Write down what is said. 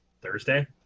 Thursday